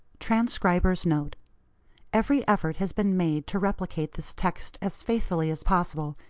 transcriber's note every effort has been made to replicate this text as faithfully as possible,